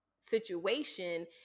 situation